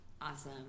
Awesome